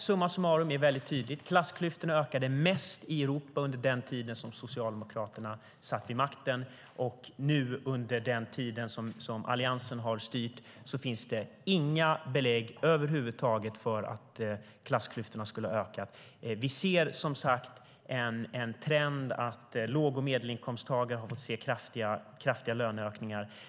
Summa summarum är det mycket tydligt att klassklyftorna ökade mest i Europa under den tid som Socialdemokraterna satt vid makten. Men det finns inga belägg över huvud taget för att klassklyftorna skulle ha ökat under den tid som Alliansen har styrt. Vi ser, som sagt, en trend att låg och medelinkomsttagare har fått se kraftiga löneökningar.